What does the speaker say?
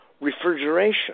refrigeration